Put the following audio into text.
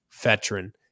veteran